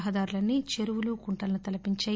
రహదారులన్నీ చెరువులు కుంటలను తలపించాయి